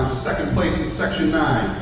second place and section nine